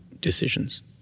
decisions